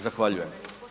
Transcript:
Zahvaljujem.